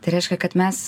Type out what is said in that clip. tai reiškia kad mes